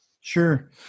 Sure